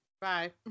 Bye